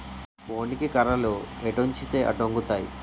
పోనీకి కర్రలు ఎటొంచితే అటొంగుతాయి